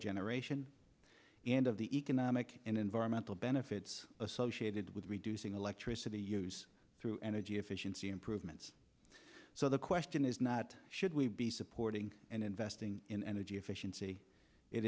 generation and of the economic and environmental benefits associated with reducing electricity use through energy efficiency improvements so the question is not should we be supporting and investing in energy efficiency it